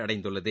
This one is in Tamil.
அடைந்துள்ளது